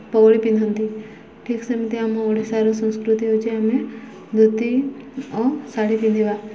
ପଗଡ଼ି ପିନ୍ଧନ୍ତି ଠିକ୍ ସେମିତି ଆମ ଓଡ଼ିଶାର ସଂସ୍କୃତି ହଉଚି ଆମେ ଧୋତି ଓ ଶାଢ଼ୀ ପିନ୍ଧିବା